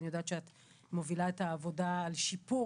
אני יודעת שאת מובילה את העבודה על שיפור